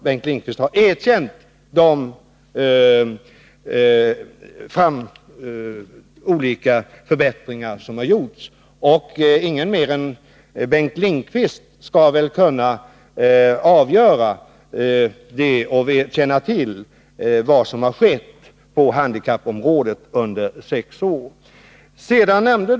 Bengt Lindqvist har erkänt de olika förbättringar som har gjorts, och ingen skall väl bättre än han kunna känna till vad som har skett på handikappområdet under de sex år som det gäller.